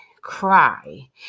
cry